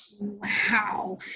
Wow